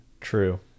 True